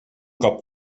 cop